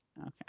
Okay